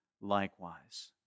likewise